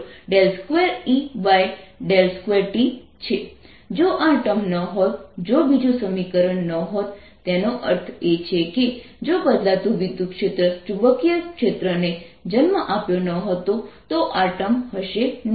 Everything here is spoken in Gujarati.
E 2E ∂t 00E∂t 002E2t જો આ ટર્મ ન હોત જો બીજું સમીકરણ ન હોત તેનો અર્થ એ છે કે જો બદલાતું વિદ્યુતક્ષેત્ર ચુંબકીય ક્ષેત્ર ને જન્મ આપ્યો ન હતો તો આ ટર્મ હશે નહીં